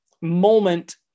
moment